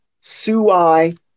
sui